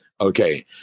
Okay